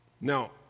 Now